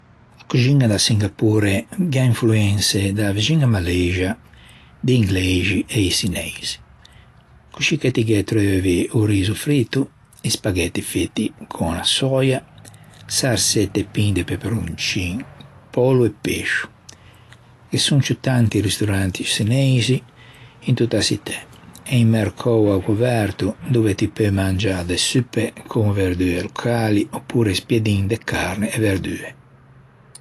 A coxiña de Singapore gh'à influense da-a vixiña Malexa, di ingleixi e i çineisi. Coscì che ti ghe treuvi o riso frito, i spaghetti fæti con a sòia, sarsette pin de peperoncin, pollo e pescio. Ghe son ciù tanti ristoranti çineixi in tutta a çittæ e un mercou a-o coverto dove ti peu mangiâ de suppe con verdue locali opure spiedin de carne e verdue.